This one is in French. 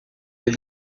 est